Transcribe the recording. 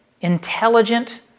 intelligent